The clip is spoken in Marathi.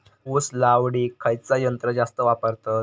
ऊस लावडीक खयचा यंत्र जास्त वापरतत?